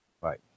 right